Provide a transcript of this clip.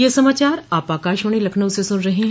ब्रे क यह समाचार आप आकाशवाणी लखनऊ से सुन रहे हैं